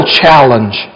challenge